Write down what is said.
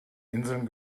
inseln